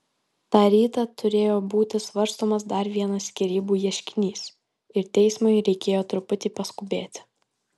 tą rytą turėjo būti svarstomas dar vienas skyrybų ieškinys ir teismui reikėjo truputį paskubėti